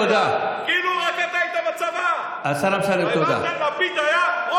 בן אדם צבוע.